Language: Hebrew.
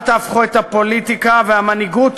אל תהפכו את הפוליטיקה והמנהיגות